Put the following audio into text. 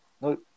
No